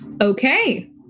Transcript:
Okay